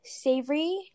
savory